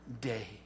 day